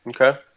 Okay